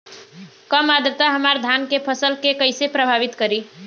कम आद्रता हमार धान के फसल के कइसे प्रभावित करी?